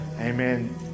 amen